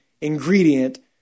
ingredient